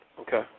Okay